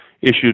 issued